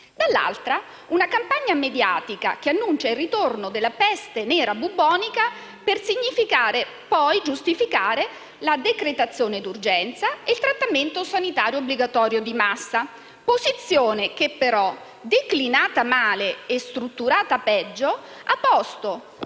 dall'altra vi è una campagna mediatica che annuncia il ritorno della peste nera bubbonica per significare e poi giustificare la decretazione d'urgenza e il trattamento sanitario obbligatorio di massa; posizione che però, declinata male e strutturata peggio, ha posto